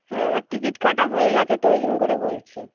হ্যাঁ আমার টিকিট কাটা হয়ে গেছে তো ওই জন্য করে বলছি